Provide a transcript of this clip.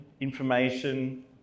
information